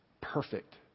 perfect